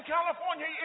California